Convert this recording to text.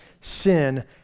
Sin